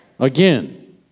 Again